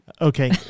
okay